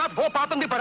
um footpath. um they but